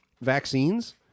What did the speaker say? vaccines